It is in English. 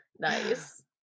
nice